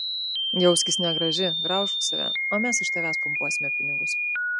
jauskis negraži graužk save o mes iš tavęs pumpuosime pinigus